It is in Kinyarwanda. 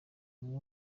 umwe